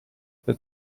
that